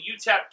UTEP